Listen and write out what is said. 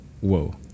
whoa